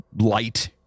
light